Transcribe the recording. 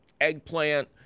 eggplant